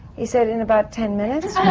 he said, in about ten minutes.